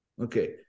Okay